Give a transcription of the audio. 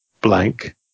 blank